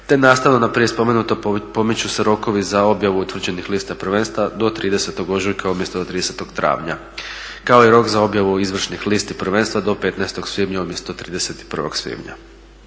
te nastavno na prije spomenuto pomiču se rokovi za objavu utvrđenih lista prvenstva do 30. ožujka umjesto do 30. travnja. Kao i rok za objavu izvršnih listi prvenstva do 15. svibnja umjesto 31. svibnja.